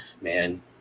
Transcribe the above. man